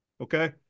Okay